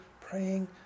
praying